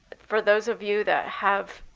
for those of you that have